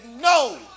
no